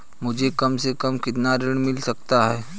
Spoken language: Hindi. मुझे कम से कम कितना ऋण मिल सकता है?